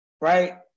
right